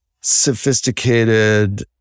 sophisticated